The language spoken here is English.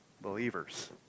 believers